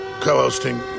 co-hosting